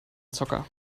zocker